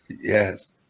yes